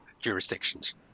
jurisdictions